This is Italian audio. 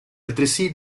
altresì